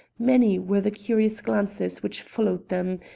many were the curious glances which followed them,